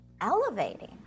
elevating